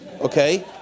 Okay